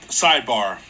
sidebar